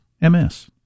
MS